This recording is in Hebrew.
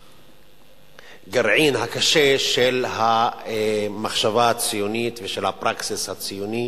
והגרעין הקשה של המחשבה הציונית ושל ה-practice הציוני.